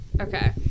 Okay